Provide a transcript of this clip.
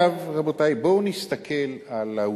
עכשיו, רבותי, בואו נסתכל על העובדות.